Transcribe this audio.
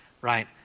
right